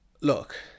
look